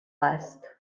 است